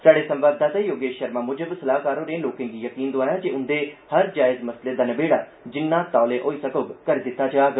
स्हाड़े संवाददाता योगेष षर्मा मुजब सलाहकार होरें लोकें गी यकीन दोआया जे उन्दे हर जायज मसलें दा नबेड़ा जिन्ना तौले होई सकोग करी दित्ता जाग